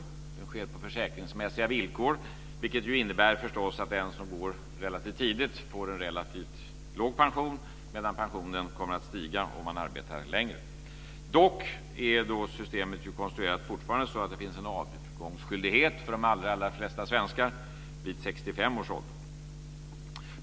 Den sker på försäkringsmässiga villkor, vilket förstås innebär att den som går i pension relativt tidigt får en relativt låg pension medan pensionen kommer att stiga för den som arbetar längre. Dock är systemet fortfarande så konstruerat att det finns en avgångsskyldighet för de allra flesta svenskar vid 65 års ålder.